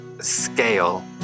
scale